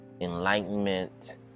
enlightenment